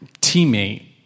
teammate